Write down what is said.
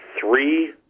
three